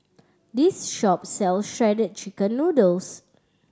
this shop sells Shredded Chicken Noodles